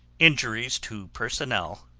injuries to personnel,